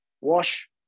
Wash